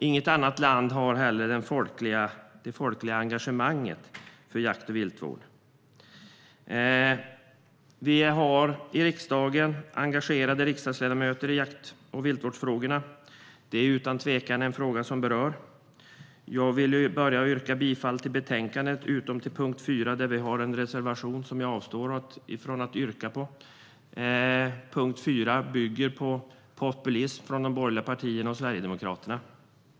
Inget annat land har det folkliga engagemanget för jakt och viltvård. Det finns riksdagsledamöter som är engagerade i jakt och viltvårdsfrågorna. Det är utan tvekan frågor som berör. Jag vill yrka bifall till utskottets förslag i betänkandet utom vid punkt 4, där det finns en reservation som jag avstår från att yrka bifall till. Punkt 4 bygger på populism från de borgerliga partierna och Sverigedemokraterna.